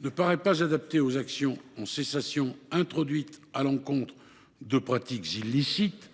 ne paraît pas adaptée aux actions en cessation introduites à l’encontre de pratiques illicites